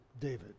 David